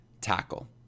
tackle